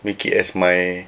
make it as my